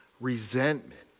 resentment